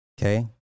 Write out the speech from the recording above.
Okay